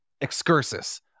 excursus